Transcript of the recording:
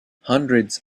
hundreds